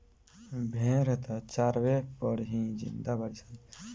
भेड़ त चारवे पर ही जिंदा बाड़ी सन इ सुखल घास फूस भी खा लेवे ली सन